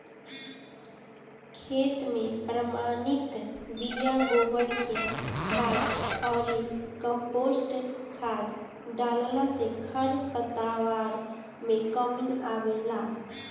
खेत में प्रमाणित बिया, गोबर के खाद अउरी कम्पोस्ट खाद डालला से खरपतवार में कमी आवेला